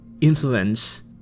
influence